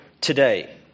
today